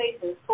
faces